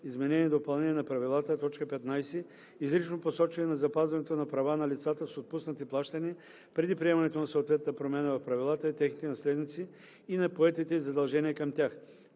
изменения и допълнения на правилата; 15. изрично посочване на запазването на права на лицата с отпуснати плащания преди приемането на съответната промяна в правилата, и техните наследници и на поетите задължения към тях;